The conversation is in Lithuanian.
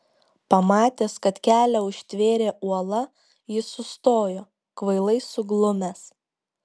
pamatęs kad kelią užtvėrė uola jis sustojo kvailai suglumęs